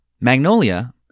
Magnolia